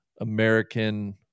American